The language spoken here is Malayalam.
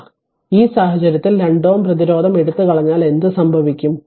അതിനാൽ ഈ സാഹചര്യത്തിൽ 2 Ω പ്രതിരോധം എടുത്തുകളഞ്ഞാൽ എന്ത് സംഭവിക്കും